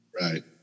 Right